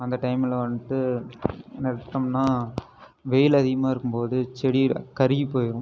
அந்த டைமில் வந்துட்டு நட்டோம்னால் வெயில் அதிகமாக இருக்கும் போது செடியெலாம் கருகி போயிடும்